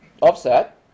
offset